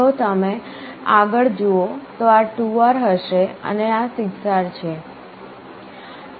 જો તમે આગળ જુઓ તો આ 2R હશે અને આ 6R છે